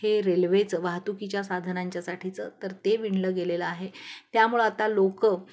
हे रेल्वेचं वाहतुकीच्या साधनांच्यासाठीचं तर ते विणलं गेलेलं आहे त्यामुळं आता लोकं